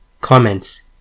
Comments